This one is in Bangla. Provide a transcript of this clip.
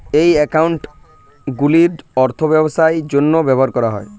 এই অ্যাকাউন্টগুলির অর্থ ব্যবসার জন্য ব্যবহার করা হয়